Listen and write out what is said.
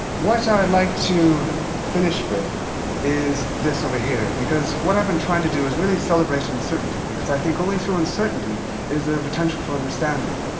what i'd like to finish with is this over here. because what i've been trying to do is really celebrate uncertainty. because i think only through uncertainty is there potential for understanding.